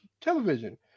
Television